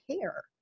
care